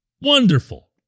wonderful